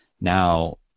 now